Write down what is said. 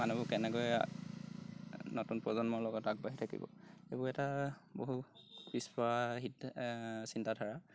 মানুহবোৰ কেনেকৈ নতুন প্ৰজন্মৰ লগত আগবাঢ়ি থাকিব সেইবোৰ এটা বহু পিছপৰা চিন্তাধাৰা